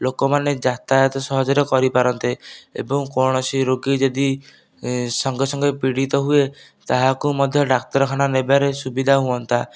ଲୋକମାନେ ଯାତାୟାତ ସହଜରେ କରିପାରନ୍ତେ ଏବଂ କୌଣସି ରୋଗୀ ଯଦି ସଙ୍ଗେସଙ୍ଗେ ପୀଡ଼ିତ ହୁଏ ତାହାକୁ ମଧ୍ୟ ଡାକ୍ତରଖାନା ନେବାରେ ସୁବିଧା ହୁଅନ୍ତା